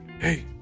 Hey